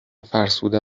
فرسوده